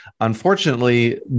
Unfortunately